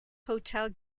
hotel